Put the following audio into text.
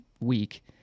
week